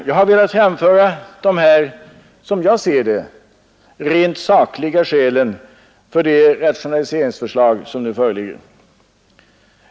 Jag har velat framföra dessa som jag ser det rent sakliga skäl till det rationaliseringsförslag som nu föreligger.